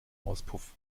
auspuff